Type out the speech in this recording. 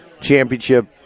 championship